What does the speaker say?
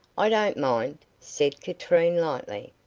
i don't mind, said katrine, lightly.